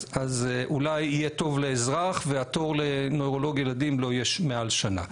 אז אולי יהיה טוב לאזרח והתור לנוירולוג ילדים לא יהיה מעל שנה.